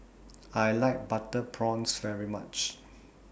I like Butter Prawns very much